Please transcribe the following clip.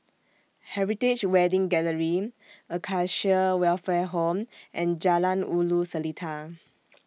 Heritage Wedding Gallery Acacia Welfare Home and Jalan Ulu Seletar